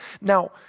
Now